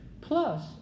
Plus